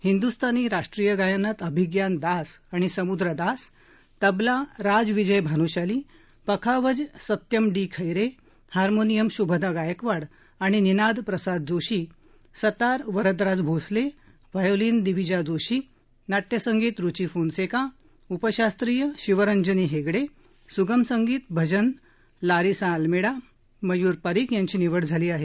हिंदुस्थानी शास्त्रीय गायनात अभिग्यान दास आणि समुद्रा दास तबला राज विजय भानुशाली पखानज सत्यम डी खैरे हार्मोनियम श्भदा गायकवाड आणि निनाद प्रसाद जोशी सतार वरदराज भोसले व्हायोलीन दिवीजा जोशी नाट्यसंगीत रुची फोनसेका उपशास्त्रीय शिवरंजनी हेगडे सुगम संगीत भजन लारिसा अलमेडा मयुर परिक यांची निवड झाली आहे